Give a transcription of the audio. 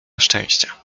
szczęścia